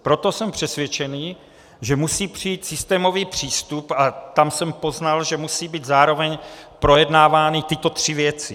Proto jsem přesvědčen, že musí přijít systémový přístup, a tam jsem poznal, že musí být zároveň projednávány tyto tři věci.